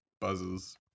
Buzzes